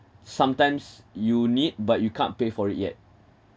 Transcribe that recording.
sometimes you need but you can't pay for it yet